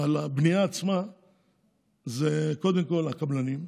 על הבנייה עצמה זה קודם כול הקבלנים.